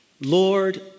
Lord